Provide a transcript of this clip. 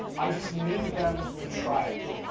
i just need them to try it.